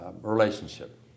relationship